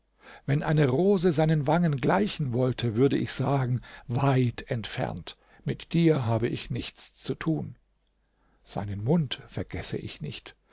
wenn eine rose seinen wangen gleichen wollte würde ich sagen weit entfernt mit dir habe ich nichts zu tun seinen mund vergesse ich nicht